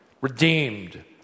redeemed